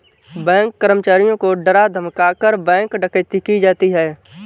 bank कर्मचारियों को डरा धमकाकर, बैंक डकैती की जाती है